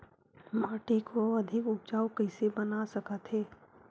माटी को अधिक उपजाऊ कइसे बना सकत हे?